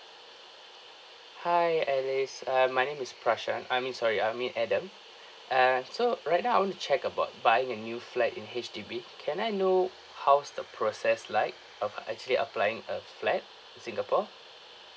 hi alice um my name is prashad I mean sorry I mean adam err so right now I want to check about buying a new flat in H_D_B can I know how's the process like of actually applying a flat in singapore